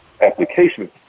applications